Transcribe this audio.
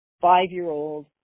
five-year-old